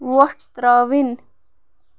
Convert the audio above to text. وۄٹھ ترٛاوٕنۍ